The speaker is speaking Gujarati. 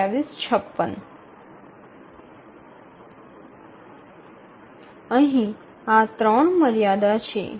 અહીં આ ત્રણ મર્યાદા છે